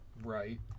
right